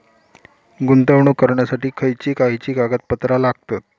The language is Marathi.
गुंतवणूक करण्यासाठी खयची खयची कागदपत्रा लागतात?